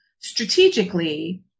strategically